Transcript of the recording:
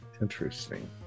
Interesting